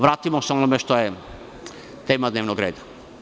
Vratimo se na ono što je tema dnevnog reda.